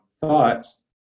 thoughts